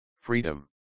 Freedom